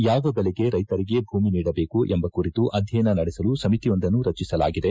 ಯಾವ ಬೆಲೆಗೆ ರೈತರಿಗೆ ಭೂಮಿ ನೀಡಬೇಕು ಎಂಬ ಕುರಿತು ಅಧ್ಯಯನ ನಡೆಸಲು ಸಮಿತಿಯೊಂದನ್ನು ರಚಿಸಲಾಗಿದೆ